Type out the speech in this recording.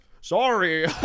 sorry